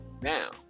now